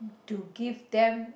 to give them